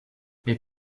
les